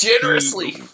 generously